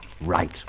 Right